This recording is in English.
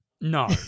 No